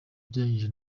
ugereranyije